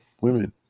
women